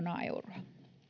miljoonaa euroa